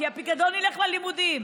כי הפיקדון ילך ללימודים.